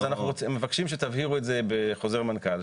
אז אנחנו מבקשים שתבהירו את זה בחוזר מנכ"ל,